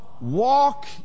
walk